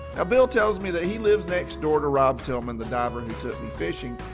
ah bill tells me that he lives next door to rob tilman, the diver who took me fishing.